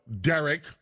Derek